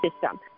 system